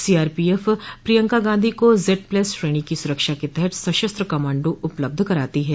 सी R P F Priyanka Gandhi को Z plus श्रेणी की सुरक्षा क तहत सशस्त्र कमांडो उपलब्ध कराती है